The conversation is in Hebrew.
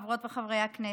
חברות וחברי הכנסת,